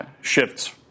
shifts